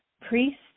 priest